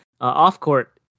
off-court